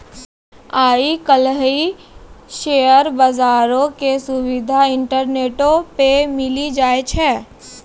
आइ काल्हि शेयर बजारो के सुविधा इंटरनेटो पे मिली जाय छै